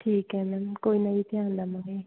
ਠੀਕ ਹੈ ਮੈਮ ਕੋਈ ਨਾ ਜੀ ਧਿਆਨ ਦੇਵਾਂਗੇ